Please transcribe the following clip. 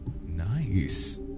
nice